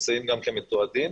הממצאים מתועדים.